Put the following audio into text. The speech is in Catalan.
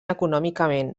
econòmicament